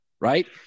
right